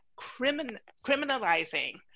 criminalizing